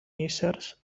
éssers